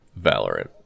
Valorant